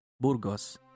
Burgos